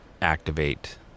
activate